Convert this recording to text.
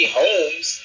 homes